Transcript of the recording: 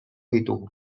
ditugu